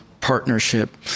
partnership